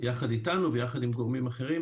יחד איתנו ויחד עם גורמים אחרים,